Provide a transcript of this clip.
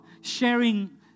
sharing